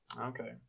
Okay